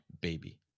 baby